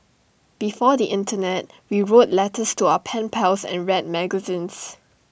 before the Internet we wrote letters to our pen pals and read magazines